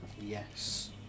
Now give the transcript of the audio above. Yes